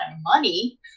money